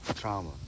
trauma